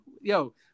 Yo